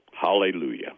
hallelujah